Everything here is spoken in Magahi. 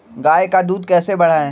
गाय का दूध कैसे बढ़ाये?